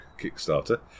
Kickstarter